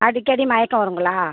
அடிக்கடி மயக்கம் வருங்களா